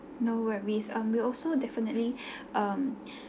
no worries um we'll also definitely um